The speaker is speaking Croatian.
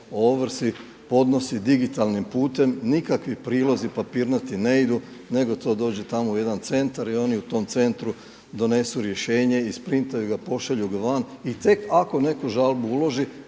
ovrsi podnosi digitalnim putem, nikakvi prilozi papirnati ne idu nego to dođe tamo u jedan centar i oni u tom centru donesu rješenje, isprintaju ga, pošalju ga van i tek ako neko žalbu uloži